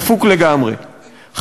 דפוק לגמרי,